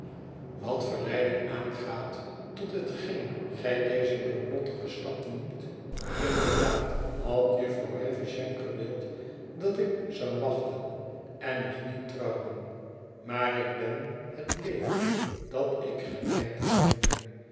wat verleiding aangaat tot hetgeen gij dezen noodlottigen stap noemt inderdaad had jufvrouw havisham gewiid dat ik zou wachten en nog niet trouwen maar ik ben het leven dat ik geleid heb moede